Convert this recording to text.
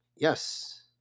yes